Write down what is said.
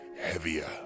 heavier